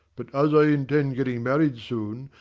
but as i intend getting married soon,